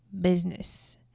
business